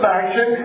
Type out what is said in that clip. action